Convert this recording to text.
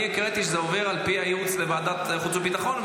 אני הקראתי שזה עובר על פי הייעוץ לוועדת החוץ והביטחון.